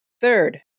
Third